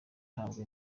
ahabwa